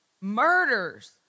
murders